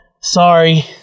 Sorry